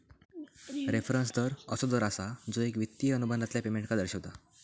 reference दर असो दर असा जो एक वित्तिय अनुबंधातल्या पेमेंटका दर्शवता